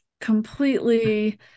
completely